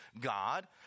God